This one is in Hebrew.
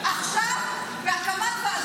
עכשיו, בהקמת ועדה?